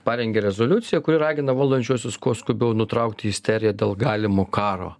parengė rezoliuciją kuri ragina valdančiuosius kuo skubiau nutraukti isteriją dėl galimo karo